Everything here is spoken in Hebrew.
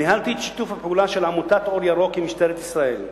ניהלתי את שיתוף הפעולה של עמותת 'אור ירוק' עם משטרת ישראל,